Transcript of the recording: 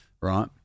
right